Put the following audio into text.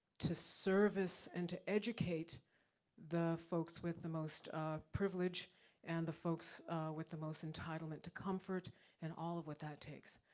to service and to educate the folks with the most privilege and the folks with the most entitlement to comfort and all of what that takes.